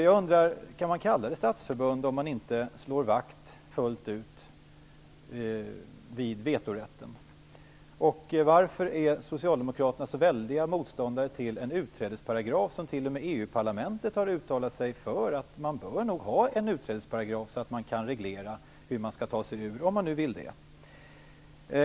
Går det att tala om statsförbund om man inte fullt ut slår vakt om vetorätten? Varför är Socialdemokraterna så stora motståndare till en utträdesparagraf? T.o.m EU-parlamentet har ju uttalat sig för och sagt att det nog bör finnas en utträdesparagraf, så att det går att reglera hur man skall ta sig ur - om man så vill.